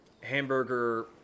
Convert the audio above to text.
Hamburger